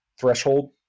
threshold